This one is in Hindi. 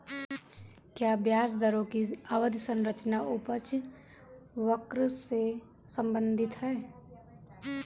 क्या ब्याज दरों की अवधि संरचना उपज वक्र से संबंधित है?